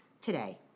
today